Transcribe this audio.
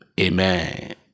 amen